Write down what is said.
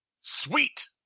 Sweet